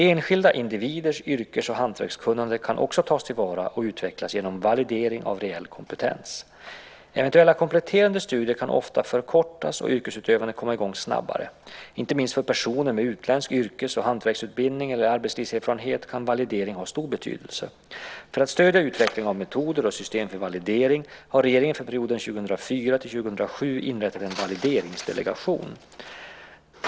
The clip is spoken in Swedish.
Enskilda individers yrkes och hantverkskunnande kan också tas till vara och utvecklas genom validering av reell kompetens. Eventuella kompletterande studier kan ofta förkortas och yrkesutövandet komma i gång snabbare. Inte minst för personer med utländsk yrkes och hantverksutbildning eller arbetslivserfarenhet kan validering ha stor betydelse. För att stödja utvecklingen av metoder och system för validering har regeringen för perioden 2004-2007 inrättat en valideringsdelegation.